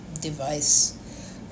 device